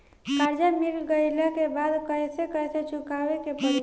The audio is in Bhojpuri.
कर्जा मिल गईला के बाद कैसे कैसे चुकावे के पड़ी?